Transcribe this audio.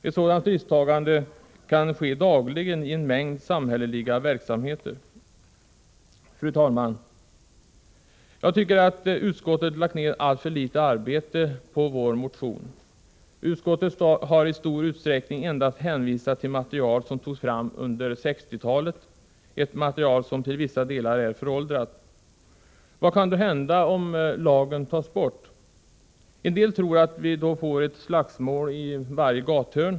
Ett sådant risktagande kan ske dagligen i en mängd samhälleliga verksamheter. Fru talman! Jag tycker att utskottet lagt ner allför litet arbete på vår motion. Utskottet har i stor utsträckning endast hänvisat till material som togs fram under 1960-talet, ett material som till vissa delar är föråldrat. Vad kan hända om lagen tas bort? En del tror att vi då får ett slagsmål i varje gathörn.